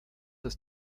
ist